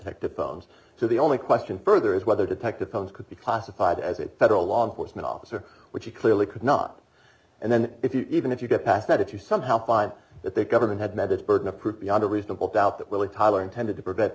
detective phones so the only question further is whether detective phones could be classified as a federal law enforcement officer which he clearly could not and then if you even if you get past that if you somehow find that the government had met its burden of proof beyond a reasonable doubt that we're tyler intended to